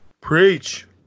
Preach